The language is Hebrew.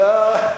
לא.